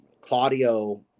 Claudio